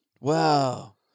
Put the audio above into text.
Wow